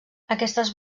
aquestes